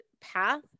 path